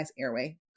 airway